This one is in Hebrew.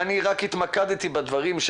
אני רק התמקדתי בדברים,